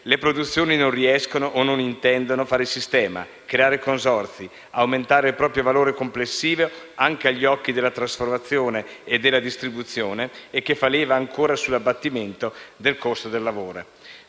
le produzioni non riescono o non intendono fare sistema, creare consorzi, aumentare il proprio valore complessivo, anche agli occhi della trasformazione e della distribuzione, e che fa leva ancora sull'abbattimento del costo del lavoro.